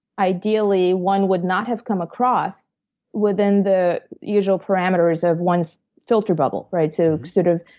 ideally, one would not have come across within the usual parameters of one's filter bubble, right? so, sort of,